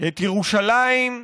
את ירושלים,